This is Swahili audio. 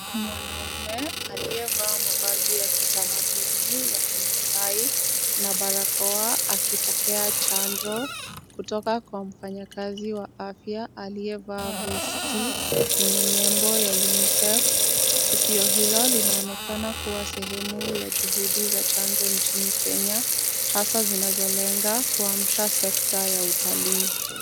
Mwanaume aliyevaa mavazi ya kitamaduni ya kimasai na barakoa akipokea chanjo kutoka Kwa mfanyakazi wa afya aliyevaa vesti yenye nembo ya UNISEF. Tukio hilo linaonekana kuwa sehemu ya juhudi za chanjo nchini kenya hasa zinazolenga kuamsha sekta ya utalii.